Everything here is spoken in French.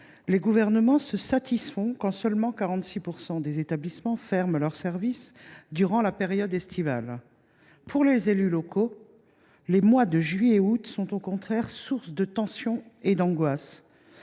les gouvernements se déclarent satisfaits quand « seulement » 46 % des établissements ferment leurs services durant la période estivale. Pour les élus locaux, les mois de juillet et d’août sont au contraire source de tensions et d’angoisses.